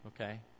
Okay